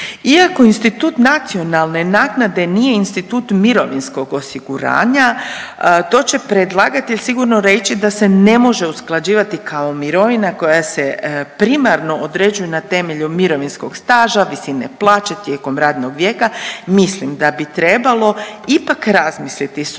Iako institut nacionalne naknade nije institut mirovinskog osiguranja, to će predlagatelj sigurno reći da se ne može usklađivati kao mirovna koja se primarno određuje na temelju mirovinskog staža, visine plaće tijekom radnog vijeka, mislim da bi trebalo ipak razmisliti, s obzirom